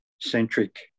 centric